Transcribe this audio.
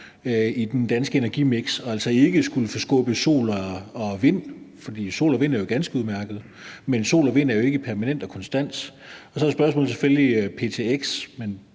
i den danske energimiks og altså ikke vil forskubbe sol og vind, for sol og vind er jo ganske udmærket, men sol og vind er jo ikke permanent og konstant. Så er der selvfølgelig